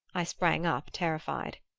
i sprang up terrified.